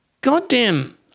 goddamn